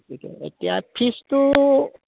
এতিয়া ফিজটো